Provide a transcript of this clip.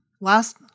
last